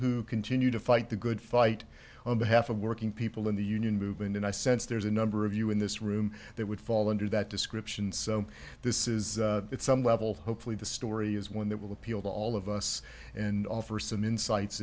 who continue to fight the good fight on behalf of working people in the union movement and i sense there's a number of you in this room that would fall under that description so this is some level hopefully the story is one that will appeal to all of us and offer some insights